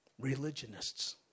religionists